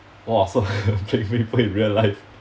!wah! so playing maple in real life